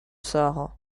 sahara